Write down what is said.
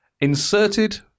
inserted